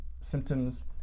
symptoms